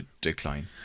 decline